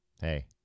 Hey